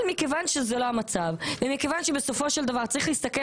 אבל מכיוון שזה לא המצב ומכיוון שבסופו של דבר צריך להסתכל